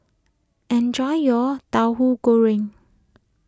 enjoy your Tauhu Goreng